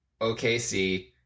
OKC